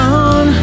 on